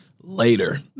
later